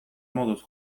moduz